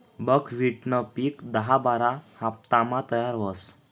बकव्हिटनं पिक दहा बारा हाफतामा तयार व्हस